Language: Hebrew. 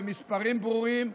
במספרים ברורים,